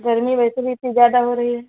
گرمی ویسے بھی اتنی زیادہ ہو رہی ہے